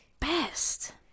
best